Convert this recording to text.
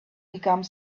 become